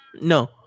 No